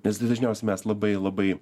nes dažniausiai mes labai labai